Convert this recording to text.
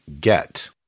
get